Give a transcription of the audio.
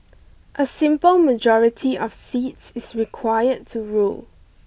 a simple majority of seats is required to rule